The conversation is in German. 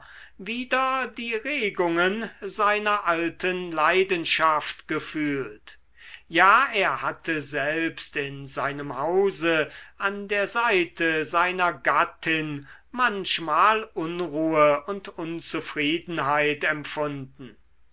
wieder die regungen seiner alten leidenschaft gefühlt ja er hatte selbst in seinem hause an der seite seiner gattin manchmal unruhe und unzufriedenheit empfunden